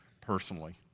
personally